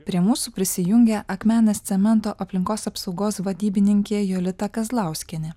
prie mūsų prisijungė akmenės cemento aplinkos apsaugos vadybininkė jolita kazlauskienė